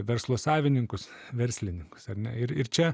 verslo savininkus verslininkus ar ne ir ir čia